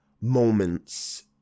moments